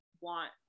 want